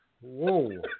Whoa